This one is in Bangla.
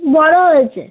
বড়ো হয়েছে